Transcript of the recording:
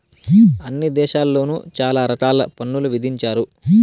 అన్ని దేశాల్లోను చాలా రకాల పన్నులు విధించారు